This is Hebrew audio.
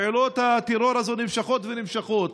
פעילויות הטרור האלה נמשכות ונמשכות,